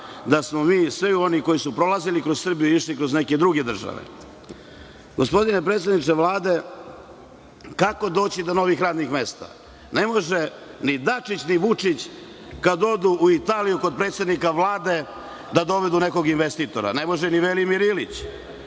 da smo mi i svi oni koji su prolazili kroz Srbiju išli kroz neke druge države. Gospodine predsedniče Vlade, kako doći do novih radnih mesta? Ne može ni Dačić, ni Vučić, kada odu u Italiju kod predsednika Vlade da dovedu nekog investitora, ne može ni Velimir Ilić,